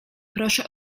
proszę